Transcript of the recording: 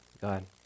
God